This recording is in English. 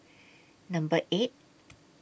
Number eight